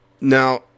Now